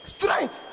Strength